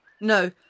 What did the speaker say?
No